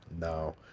No